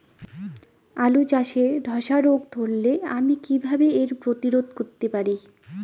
আলু চাষে ধসা রোগ ধরলে আমি কীভাবে এর প্রতিরোধ করতে পারি?